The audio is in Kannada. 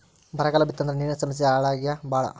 ಬರಗಾಲ ಬಿತ್ತಂದ್ರ ನೇರಿನ ಸಮಸ್ಯೆ ಹಳ್ಳ್ಯಾಗ ಬಾಳ